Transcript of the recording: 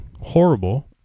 horrible